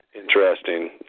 interesting